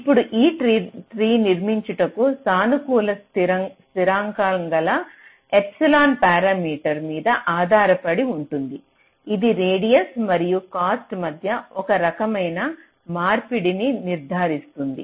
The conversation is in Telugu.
ఇప్పుడు ఈ ట్రీ నిర్మించుటకు సానుకూల స్థిరాంకం గల ఎప్సిలాన్ పారామీటర్ మీద ఆధారపడి ఉంటుంది ఇది రేడియస్ మరియు కాస్ట్ మధ్య ఒక రకమైన మార్పిడిని నిర్ణయిస్తుంది